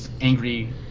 angry